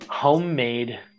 Homemade